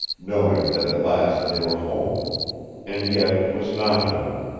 knowing that at last they were home and yet it was not home.